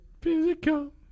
physical